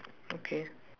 okay